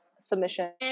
submission